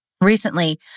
Recently